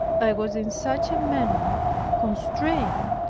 i was in such a manner constrained,